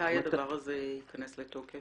מתי הדבר הזה ייכנס לתוקף?